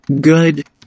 Good